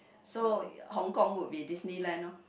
so Hong-Kong would be Disneyland orh